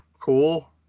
cool